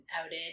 outed